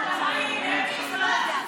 אתה רואה?